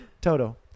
Toto